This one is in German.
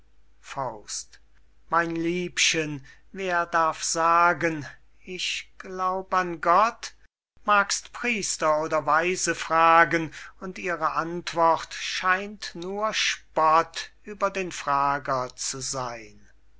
gott mein liebchen wer darf sagen ich glaub an gott magst priester oder weise fragen und ihre antwort scheint nur spott ueber den frager zu seyn